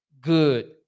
good